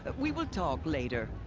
but we will talk later.